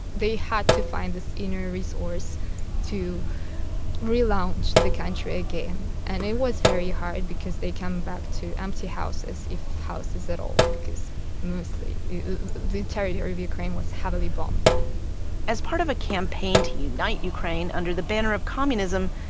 they had to find this inner resource to relaunch the country again and it was very hard because they come back to empty houses if houses at all because mostly the territory of ukraine was heavily bombed as part of a campaign to unite ukraine under the banner of communism,